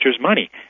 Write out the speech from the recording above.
money